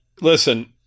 listen